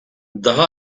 daha